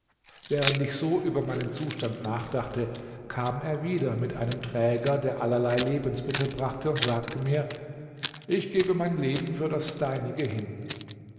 während ich so über meinen zustand nachdachte kam er wieder mit einem träger der allerlei lebensmittel brachte und sagte mir ich gebe mein leben für das deinige hin